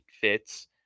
fits